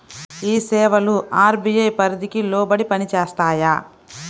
ఈ సేవలు అర్.బీ.ఐ పరిధికి లోబడి పని చేస్తాయా?